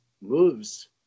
moves